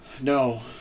No